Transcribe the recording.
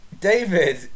David